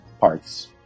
parts